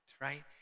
right